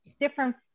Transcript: different